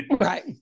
Right